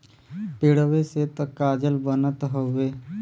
पेड़वे से त कागज बनत हउवे